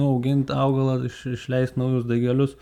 augint augalą iš išleist naujus daigelius